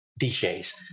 DJs